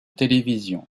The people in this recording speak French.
télévision